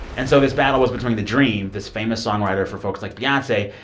and so this battle was between the-dream, this famous songwriter for folks like beyonce,